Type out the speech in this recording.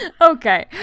okay